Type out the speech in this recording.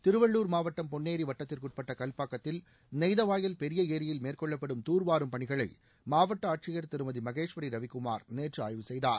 திருவள்ளூர் மாவட்டம் பொன்னேரி வட்டத்திற்குட்பட்ட கல்பாக்கத்தில் நெய்தவாயல் பெரிய ஏரியில் மேற்கொள்ளப்படும் தூர்வாரும் பணிகளை மாவட்ட ஆட்சியர் திருமதி மகேஸ்வரி ரவிக்குமார் நேற்று ஆய்வு செய்தார்